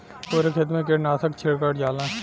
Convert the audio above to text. पुरे खेत मे कीटनाशक छिड़कल जाला